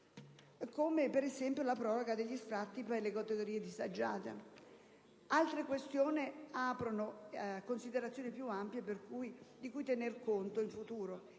poi anche alla proroga degli sfratti per le categorie disagiate. Altre questioni aprono considerazioni più ampie di cui tener conto in futuro.